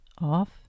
off